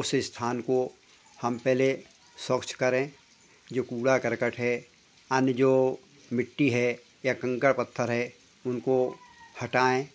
उस स्थान को हम पहले स्वच्छ करें जो कूड़ा कर्कट है अन्न जो मिट्टी है या कंकर पत्थर हैं उनको हटाएँ